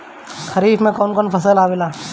खरीफ में कौन कौन फसल आवेला?